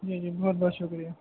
جی جی بہت بہت شکریہ